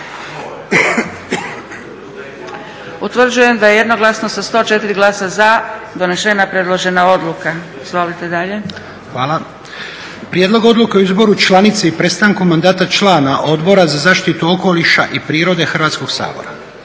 Utvrđujem da je jednoglasno sa 104 glasa za donesena predložena odluka. Izvolite dalje. **Lučin, Šime (SDP)** Hvala. Prijedlog Odluke o izboru članice i prestanku mandata člana Odbora za zaštitu okoliša i prirode Hrvatskog sabora.